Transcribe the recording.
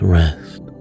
rest